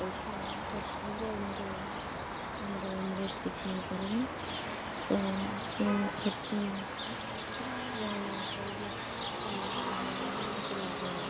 ପଇସା ଖର୍ଚ୍ଚ ହେଇଯାଏ କିନ୍ତୁ ଆମର ଇନଭେଷ୍ଟ କିଛି ହେଇପାରେନି ଆଉ ସେ ଖର୍ଚ୍ଚ ବହନ କରିବି ବି ଆମର କିଛି ଲାଭ ହୁଏନି